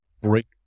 break